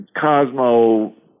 Cosmo